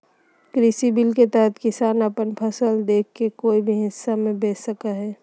कृषि बिल के तहत किसान अपन फसल देश के कोय भी हिस्सा में बेच सका हइ